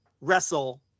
wrestle